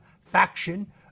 faction